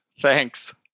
Thanks